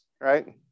right